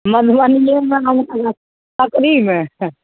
मधुबनीमे मनुक्ख नहि सकरीमे हय